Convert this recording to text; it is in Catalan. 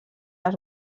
les